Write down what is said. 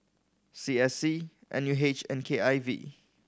C S C N U H and K I V